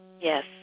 Yes